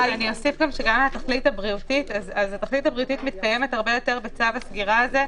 אני גם אוסיף שהתכלית הבריאותית מתקיימת הרבה יותר בצו הסגירה הזה,